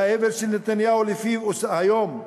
וההבל של נתניהו היום,